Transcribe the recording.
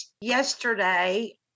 yesterday